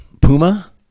Puma